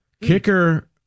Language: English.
kicker